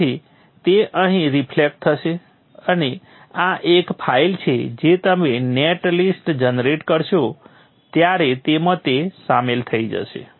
તેથી તે અહીં રિફલેક્ટ થશે અને આ એક ફાઇલ છે જે તમે નેટ લિસ્ટ જનરેટ કરશો ત્યારે તેમાં તે સામેલ થઇ જશે